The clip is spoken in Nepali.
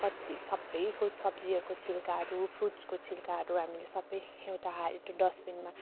कत्ति सबैको सब्जीहरूको छिल्काहरू फ्रुटसको छिल्काहरू हामीले सबै एउटा हाई त्यो डस्टबिनमा